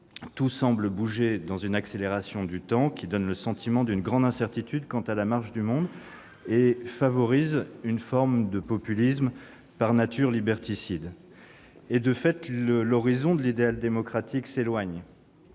Tout semble bouger, dans une accélération du temps qui donne le sentiment d'une grande incertitude quant à la marche du monde, et favorise une forme de populisme par nature liberticide. L'horizon de l'idéal démocratique s'éloigne.